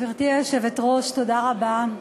גברתי היושבת-ראש, תודה רבה.